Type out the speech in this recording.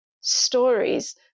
stories